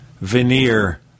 veneer